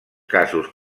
casos